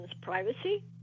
privacy